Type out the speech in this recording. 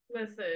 Listen